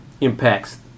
impacts